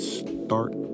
start